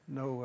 no